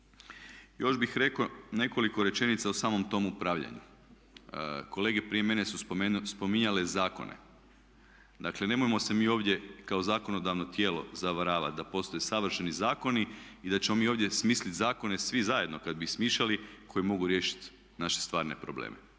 Još bih rekao nekoliko rečenica o samom tom upravljanju. Kolege prije mene su spominjale zakone. Dakle nemojmo se mi ovdje kao zakonodavno tijelo zavaravati da postoje savršeni zakoni i da ćemo mi ovdje smisliti zakone, svi zajedno kada bi smišljali koji mogu riješiti naše stvarne probleme.